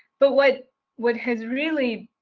but what what has really